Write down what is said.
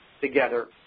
together